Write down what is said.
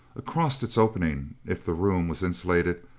across its opening, if the room was insulated,